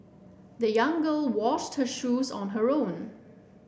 the young girl washed her shoes on her own